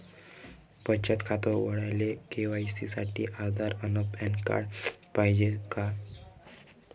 बचत खातं उघडाले के.वाय.सी साठी आधार अन पॅन कार्ड पाइजेन रायते